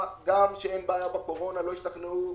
שאין בעיה בקורונה והם לא השתכנעו.